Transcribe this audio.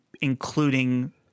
including